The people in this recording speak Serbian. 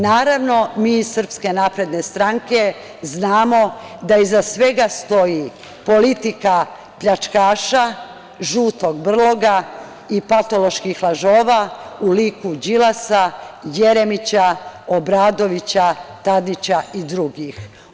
Naravno, mi iz SNS znamo da iza svega stoji politika pljačkaša, žutog brloga i patoloških lažova u liku Đilasa, Jeremića, Obradovića, Tadića i drugih.